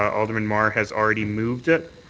alderman mar has already moved it.